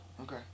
Okay